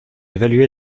évaluer